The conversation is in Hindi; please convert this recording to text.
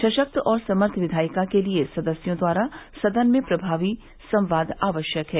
सशक्त और समर्थ विधायिका के लिये सदस्यों द्वारा सदन में प्रभावी संवाद आवश्यक है